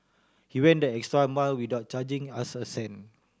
he went the extra mile without charging us a cent